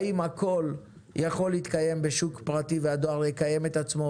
האם הכול יכול להתקיים בשוק פרטי והדואר יקיים את עצמו